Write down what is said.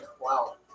Wow